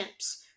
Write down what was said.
chimps